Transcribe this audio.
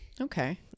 okay